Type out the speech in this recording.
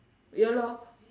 ya lor